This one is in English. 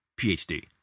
PhD